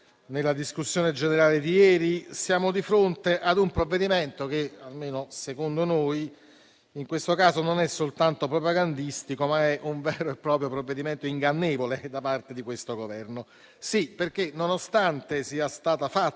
nella discussione generale di ieri, che siamo di fronte ad un provvedimento che, almeno secondo noi, in questo caso non è soltanto propagandistico ma è un vero e proprio provvedimento ingannevole da parte di questo Governo. Sì, perché nonostante sia stata fatta